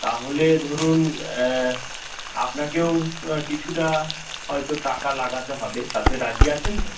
তাহলে ধরুন আপনাকেও কিছুটা হয়তো টাকা লাগাতে হবে তাতে রাজি আছেন তো